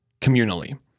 communally